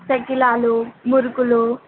చెక్కిలాలు మురుకులు